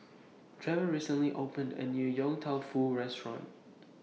Trevor recently opened A New Yong Tau Foo Restaurant